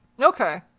Okay